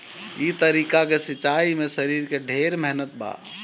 ई तरीका के सिंचाई में शरीर के ढेर मेहनत बा